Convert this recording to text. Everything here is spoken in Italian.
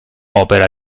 opera